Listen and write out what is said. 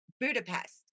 Budapest